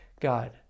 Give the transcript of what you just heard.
God